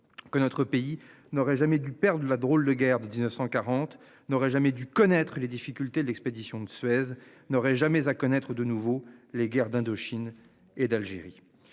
que notre pays n'aurait jamais dû perdre. La drôle de guerre du 19.140 n'aurait jamais dû connaître les difficultés de l'expédition de Suez n'aurait jamais à connaître de nouveaux les guerres d'Indochine et d'Algérie.